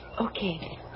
Okay